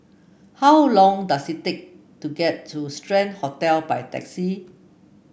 how long does it take to get to Strand Hotel by taxi